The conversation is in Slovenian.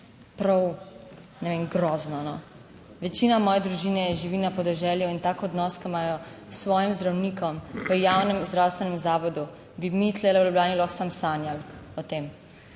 prav, ne vem, grozno, večina moje družine živi na podeželju in tak odnos, ki ga imajo s svojim zdravnikom v javnem zdravstvenem zavodu, bi mi tu v Ljubljani lahko samo sanjali o tem.